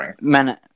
Men